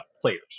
players